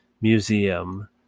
Museum